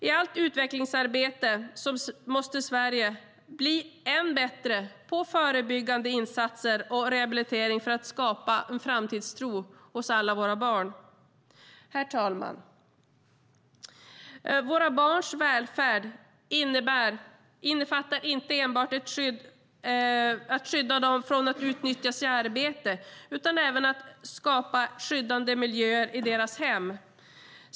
I allt utvecklingsarbete måste Sverige bli än bättre på förebyggande insatser och rehabilitering för att skapa en framtidstro hos alla barn. Herr talman! Våra barns välfärd innefattar inte enbart att vi ska skydda dem från att utnyttjas i arbete, utan det handlar även om att skapa skyddade miljöer i deras hem.